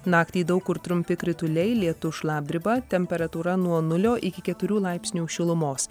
naktį daug kur trumpi krituliai lietus šlapdriba temperatūra nuo nulio iki keturių laipsnių šilumos